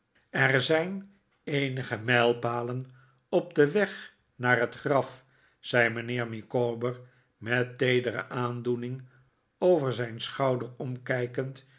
er zijn eenige mijlpalen op den weg naar het graf zei mijnheer micawber met teedere aandoening over zijn schouder omkijkend